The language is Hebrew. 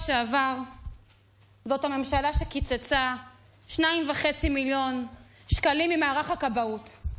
זאת הממשלה שקיצצה 2.5 מיליון שקלים ממערך הכבאות בשבוע שעבר.